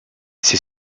c’est